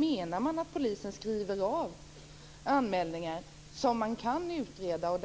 Menar ni att polisen skriver av anmälningar där man kan utreda